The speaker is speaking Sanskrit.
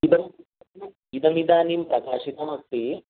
इदम् इदमिदानीं प्रकाशितमस्ति